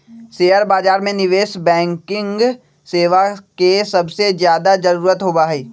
share बाजार में निवेश बैंकिंग सेवा के सबसे ज्यादा जरूरत होबा हई